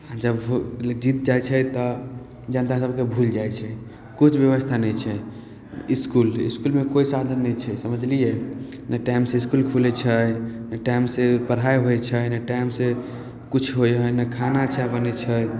आओर जब जीति जाइ छै तऽ जनतासभके भुलि जाइ छै किछु बेबस्था नहि छै इसकुल इसकुलमे कोइ साधन नहि छै समझलिए नहि टाइमसे इसकुल खुलै छै नहि टाइमसे पढ़ाइ होइ छै नहि टाइमसे किछु होइ हइ नहि खाना अच्छा बनै छै